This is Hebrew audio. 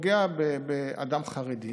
פוגע באדם חרדי.